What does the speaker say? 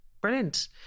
brilliant